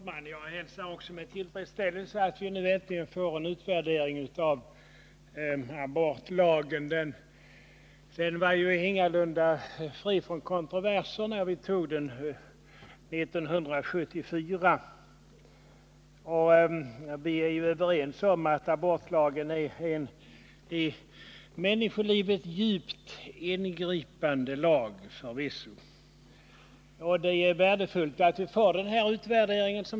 Fru talman! Också jag hälsar med tillfredsställelse att vi nu äntligen får en utvärdering av abortlagen. Den var ju ingalunda fri från kontroverser när vi antog den 1974. Och vi är överens om att abortlagen förvisso är en i människolivet djupt ingripande lag. Det är som sagt värdefullt med denna utvärdering.